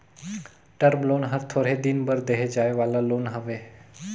term loan हर थोरहें दिन बर देहे जाए वाला लोन हवे